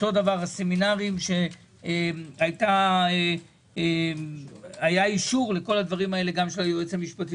אותו דבר הסמינרים שהיה אישור לכל הדברים האלה גם של היועץ המשפטי